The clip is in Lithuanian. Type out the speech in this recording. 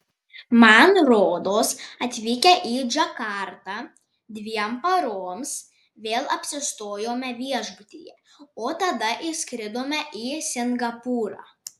man rodos atvykę į džakartą dviem paroms vėl apsistojome viešbutyje o tada išskridome į singapūrą